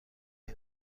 ایم